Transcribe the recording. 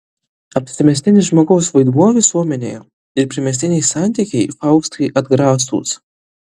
apsimestinis žmogaus vaidmuo visuomenėje ir primestiniai santykiai faustai atgrasūs